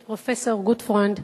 את פרופסור גוטפרוינד,